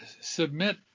submit